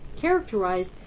characterized